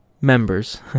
Members